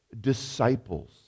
disciples